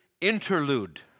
interlude